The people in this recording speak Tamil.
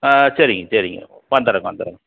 ஆ சரிங்க சரிங்க வந்துடுறங்க வந்துடுறங்க